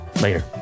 later